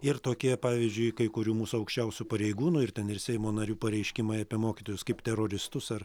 ir tokie pavyzdžiui kai kurių mūsų aukščiausių pareigūnų ir ten ir seimo narių pareiškimai apie mokytojus kaip teroristus ar